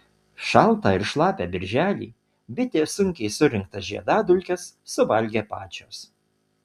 šaltą ir šlapią birželį bitės sunkiai surinktas žiedadulkes suvalgė pačios